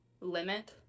limit